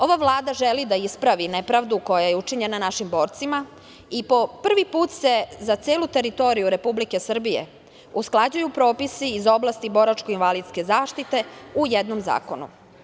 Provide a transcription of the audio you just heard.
Ova Vlada želi da ispravi nepravdu koja je učinjena našim borcima i po prvi put se za celu teritoriju Republike Srbije usklađuju propisi iz oblasti boračko-invalidske zaštite u jednom zakonu.